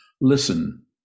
listen